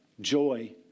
joy